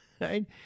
right